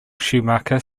schumacher